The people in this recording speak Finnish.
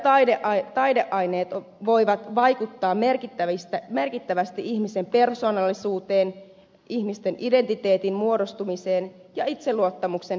taito ja taideaineet voivat vaikuttaa merkittävästi ihmisen persoonallisuuteen ihmisten identiteetin muodostumiseen ja itseluottamuksen lisäämiseen